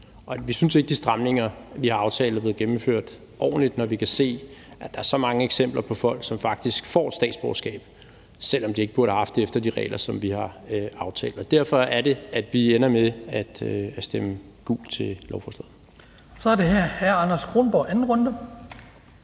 Vi synes ikke, at de stramninger, vi har aftalt, er blevet gennemført ordentligt, når vi kan se, at der er så mange eksempler på folk, som faktisk får statsborgerskab, selv om de ikke burde have haft det efter de regler, som vi har aftalt. Derfor er det, at vi ender med at stemme gult til lovforslaget. Kl. 15:03 Den fg. formand (Hans